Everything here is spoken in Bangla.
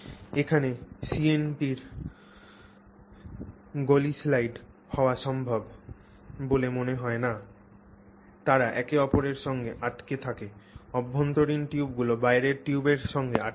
এখানে CNT গ লি স্লাইড হওয়া সম্ভব বলে মনে হয় না তারা একে অপরের সঙ্গে আটকে থাকে অভ্যন্তরীণ টিউবগুলি বাইরের টিউবের সঙ্গে আটকে থাকে